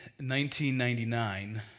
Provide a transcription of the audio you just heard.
1999